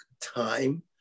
time